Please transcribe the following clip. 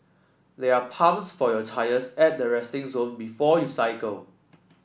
there are pumps for your tyres at the resting zone before you cycle